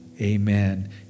Amen